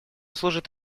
служит